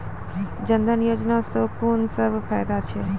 जनधन योजना सॅ कून सब फायदा छै?